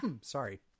Sorry